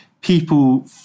people